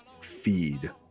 feed